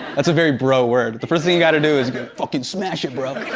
that's a very bro word. the first thing you gotta do is fuckin' smash it, bro.